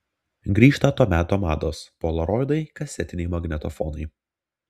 grįžta to meto mados polaroidai kasetiniai magnetofonai